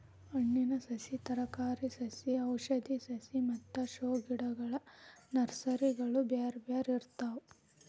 ಹಣ್ಣಿನ ಸಸಿ, ತರಕಾರಿ ಸಸಿ ಔಷಧಿ ಸಸಿ ಮತ್ತ ಶೋ ಗಿಡಗಳ ನರ್ಸರಿಗಳು ಬ್ಯಾರ್ಬ್ಯಾರೇ ಇರ್ತಾವ